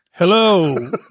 Hello